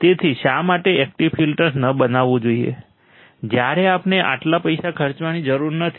તેથી શા માટે એકટીવ ફિલ્ટર્સ ન બનાવવું જોઈએ જ્યારે આપણે આટલા પૈસા ખર્ચવાની જરૂર નથી